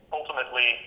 ultimately